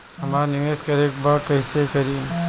हमरा निवेश करे के बा कईसे करी?